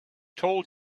told